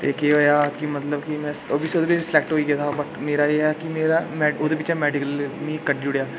ते केह् होया मतलब की में ओह्दे बी सिलेक्ट होई गेदा बट मेरा एह् की मेरा ओह्दे बिच्चा मेडिकल मी कड्ढी ओड़ेआ